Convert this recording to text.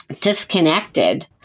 disconnected